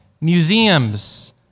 museums